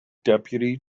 deputy